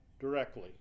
directly